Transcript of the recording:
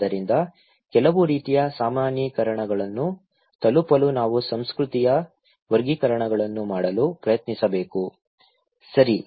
ಆದ್ದರಿಂದ ಕೆಲವು ರೀತಿಯ ಸಾಮಾನ್ಯೀಕರಣಗಳನ್ನು ತಲುಪಲು ನಾವು ಸಂಸ್ಕೃತಿಯ ವರ್ಗೀಕರಣಗಳನ್ನು ಮಾಡಲು ಪ್ರಯತ್ನಿಸಬೇಕು ಸರಿ